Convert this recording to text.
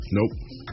Nope